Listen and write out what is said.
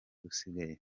usigaye